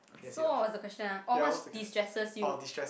so what was the question ah oh what's destresses you